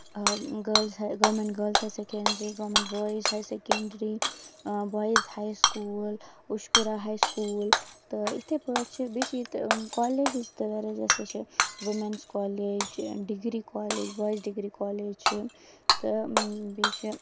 یِم government girls higher secondary government boys higher secondary boys high school Ushkura school تہٕ یِتھٕے پٲٹھۍ چھِ بیٚیہِ چھِ ییٚتہِ کالیجز تہِ واریاہ زیادٕ چھِ women's college degree college boys degree college چھُ تہٕ بیٚیہِ چہِ